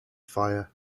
fire